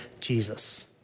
Jesus